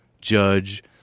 judge